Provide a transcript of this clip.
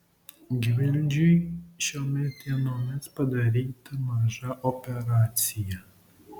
gvildžiui šiomis dienomis padaryta maža operacija